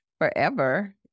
forever